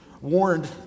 warned